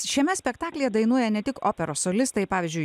šiame spektaklyje dainuoja ne tik operos solistai pavyzdžiui